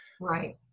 right